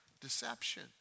deception